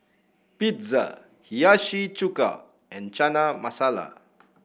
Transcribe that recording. Pizza Hiyashi Chuka and Chana Masala